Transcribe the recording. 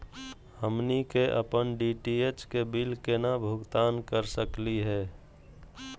हमनी के अपन डी.टी.एच के बिल केना भुगतान कर सकली हे?